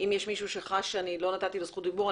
אם יש מישהו שחש שאני לא נתתי לו זכות דיבור,